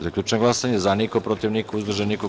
Zaključujem glasanje: za – niko, protiv – niko, uzdržanih – nema.